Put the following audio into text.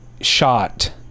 shot